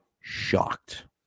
shocked